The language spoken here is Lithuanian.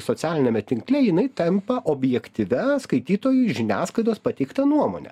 socialiniame tinkle jinai tampa objektyvia skaitytojų žiniasklaidos pateikta nuomone